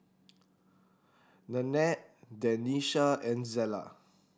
Nanette Denisha and Zella